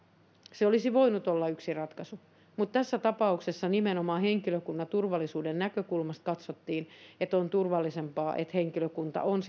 se olisi voinut olla yksi ratkaisu mutta tässä tapauksessa nimenomaan henkilökunnan turvallisuuden näkökulmasta katsottiin että on turvallisempaa että henkilökunta on